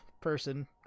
person